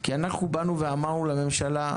כי אנחנו באנו ואמרנו לממשלה: